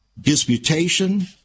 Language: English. disputation